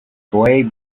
boy